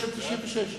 לקראת סוף הקדנציה.